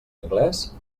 anglès